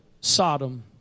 Sodom